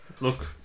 look